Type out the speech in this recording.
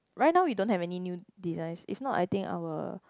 right now we don't have any new designs if not I think I will